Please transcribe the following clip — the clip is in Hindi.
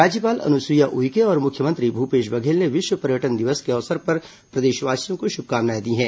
राज्यपाल अनुसुईया उइके और मुख्यमंत्री भूपेश बघेल ने विश्व पर्यटन दिवस के अवसर पर प्रदेशवासियों को शुभकामनाएं दी हैं